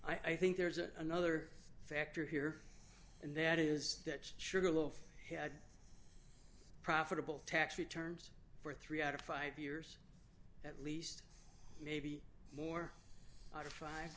i think there's another factor here and that is that sugar loaf had profitable tax returns for three out of five years at least maybe more out of five